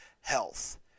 health